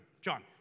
John